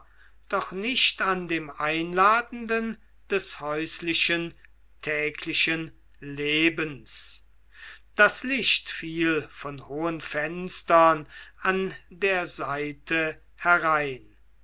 doch nicht an dem einladenden des häuslichen täglichen lebens das licht fiel von hohen fenstern an der seite herein